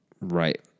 Right